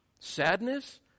sadness